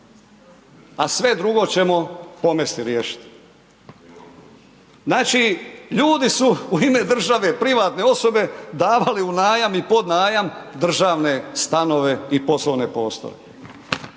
A sve drugo ćemo pomesti i riješiti. Znači, ljudi su u ime države, privatne osobe davale u najam i podnajam državne stanove i poslovne prostore.